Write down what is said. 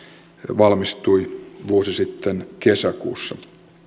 valmistui vuosi sitten kesäkuussa